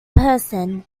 person